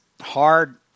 hard